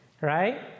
Right